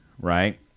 right